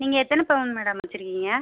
நீங்கள் எத்தனை பவுன் மேடம் வச்சுருக்கிங்க